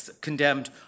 condemned